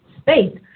space